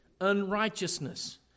unrighteousness